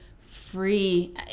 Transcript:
free